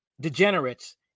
degenerates